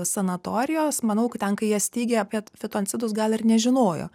sanatorijos manau kad ten kai jie steigė apie fitoncidus gal ir nežinojo